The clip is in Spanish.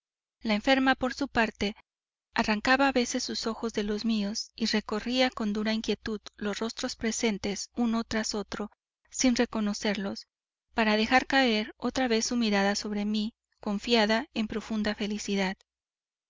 la enferma por su parte arrancaba a veces sus ojos de los míos y recorría con dura inquietud los rostros presentes uno tras otro sin reconocerlos para dejar caer otra vez su mirada sobre mí confiada en profunda felicidad